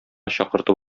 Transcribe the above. чакыртып